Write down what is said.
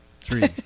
three